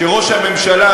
כשראש הממשלה,